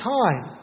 time